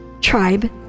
Tribe